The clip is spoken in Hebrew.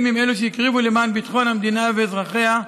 עם אלו שהקריבו למען ביטחון המדינה ואזרחיה,